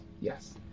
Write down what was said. Yes